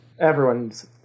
Everyone's